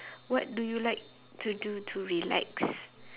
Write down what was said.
what do you like to do to relax